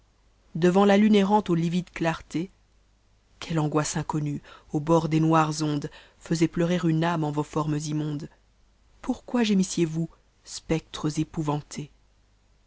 devant la lune errante aux livides clartés queue angoisse ïnconnue au bord des noires ondes faisait pleurer une âme en vos formes immondes pourquoi gémissiez vous spectres épouvantés